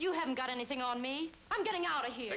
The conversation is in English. you haven't got anything on me i'm getting out of here